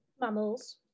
Mammals